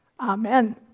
Amen